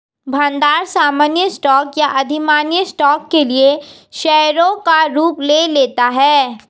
भंडार सामान्य स्टॉक या अधिमान्य स्टॉक के लिए शेयरों का रूप ले लेता है